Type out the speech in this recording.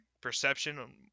perception